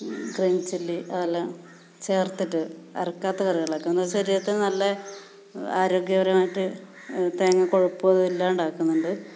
green chilli അതെല്ലാം ചേർത്തിട്ട് അരക്കാത്ത കറികളക്കെ എന്ന് വെച്ചാൽ ശരീരത്തിന് നല്ല ആരോഗ്യപരമായിട്ട് തേങ്ങാ കൊഴുപ്പ് ഇല്ലാണ്ടാക്കുന്നുണ്ട്